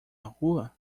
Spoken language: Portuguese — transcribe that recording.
rua